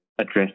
address